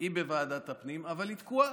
היא בוועדת הפנים אבל היא תקועה.